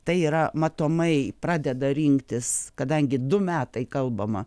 tai yra matomai pradeda rinktis kadangi du metai kalbama